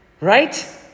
Right